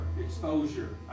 exposure